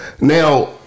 Now